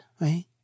right